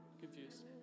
confused